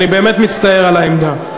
אני באמת מצטער על העמדה.